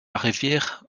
rivière